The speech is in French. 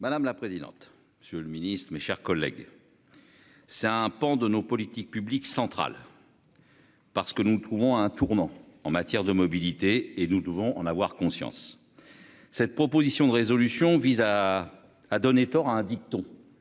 Madame la présidente. Monsieur le Ministre, mes chers collègues. C'est un pan de nos politiques publiques.-- Parce que nous trouvons à un tournant en matière de mobilité et nous devons en avoir conscience. Cette proposition de résolution vise à à donner tort à un dicton.--